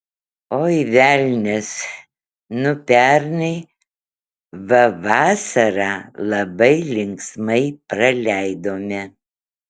oi velnias nu pernai va vasarą labai linksmai praleidome